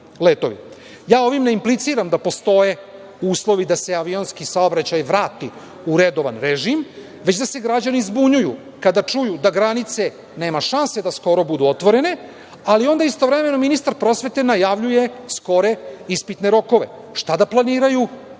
ovim ne impliciram da postoje uslovi da se avionski saobraćaj vrati u redovan režim, već da se građani zbunjuju kada čuju da granice nema šanse da skoro budu otvorene, ali onda istovremeno ministar prosvete najavljuje skore ispitne rokove. Šta da planiraju